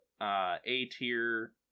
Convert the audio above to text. A-tier